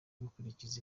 gukurikiza